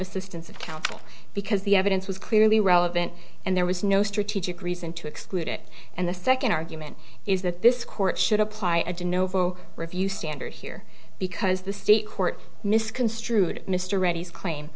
assistance of counsel because the evidence was clearly relevant and there was no strategic reason to exclude it and the second argument is that this court should apply at the novo review standard here because the state court misconstrued mr reddy's claim